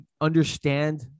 understand